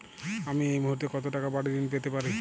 আমি এই মুহূর্তে কত টাকা বাড়ীর ঋণ পেতে পারি?